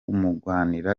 wunganira